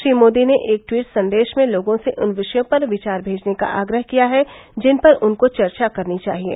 श्री मोदी ने एक टवीट संदेश में लोगों से उन विषयों पर विचार भेजने का आग्रह किया है जिन पर उनको चर्चा करनी चाहिये